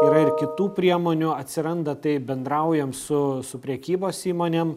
yra ir kitų priemonių atsiranda tai bendraujam su su prekybos įmonėm